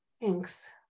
Thanks